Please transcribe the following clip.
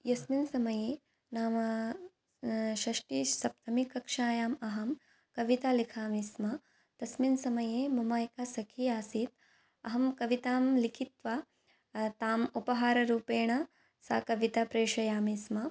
यस्मिन् समये नाम षष्ठीसप्तमीकक्षायाम् अहं कवितां लिखामि स्म तस्मिन् समये मम एका सखी आसीत् अहं कवितां लिखित्वा ताम् उपहाररूपेण सा कवितां प्रेषयामि स्म